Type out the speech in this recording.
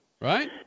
Right